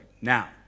Now